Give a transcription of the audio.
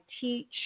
teach